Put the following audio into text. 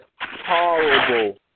horrible